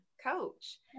coach